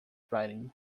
writing